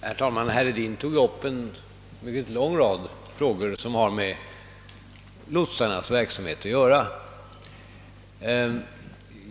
Herr talman! Herr Hedin tog upp en mycket lång rad frågor som har med lotsarnas verksamhet att göra.